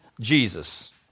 Jesus